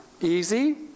easy